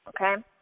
Okay